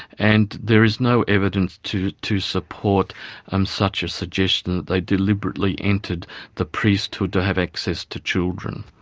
and there is no evidence to to support um such a suggestion that they deliberately entered the priesthood to have access to children.